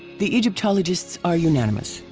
the egyptologists are unanimous,